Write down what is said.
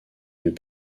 deux